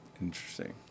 Interesting